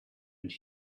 and